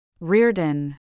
Reardon